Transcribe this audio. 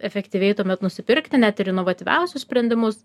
efektyviai tuomet nusipirkti net ir inovatyviausius sprendimus